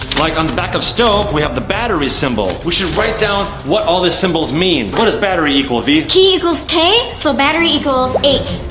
like on the back of stove we have the battery symbol. we should write down what all these symbols mean. what does battery equal vy? key equals k, so battery equals eight.